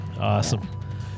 Awesome